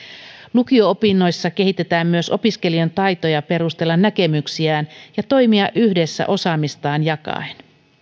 lukio opinnoissa kehitetään myös opiskelijan taitoja perustella näkemyksiään ja toimia yhdessä osaamistaan jakaen